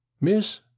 Miss